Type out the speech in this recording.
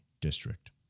district